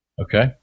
Okay